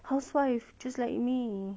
housewife just like me